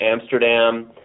Amsterdam